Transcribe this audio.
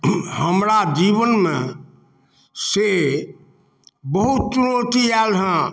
हमरा जीवन मे से बहुत चुनौती आयल हँ